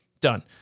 done